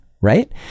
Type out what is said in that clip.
right